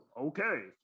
okay